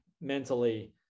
mentally